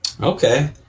Okay